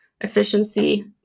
Efficiency